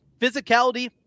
Physicality